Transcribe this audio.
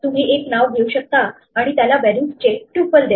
तुम्ही एक नाव घेऊ शकता आणि त्याला व्हॅल्यूज चे ट्यूपल द्या